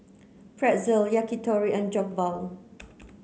Pretzel Yakitori and Jokbal